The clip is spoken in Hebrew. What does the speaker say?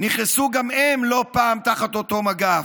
נכנסו גם הם לא פעם תחת אותו מגף.